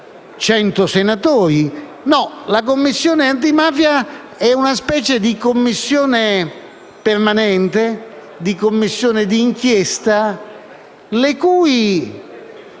senatori. La Commissione antimafia è una specie di Commissione permanente, di Commissione d'inchiesta le cui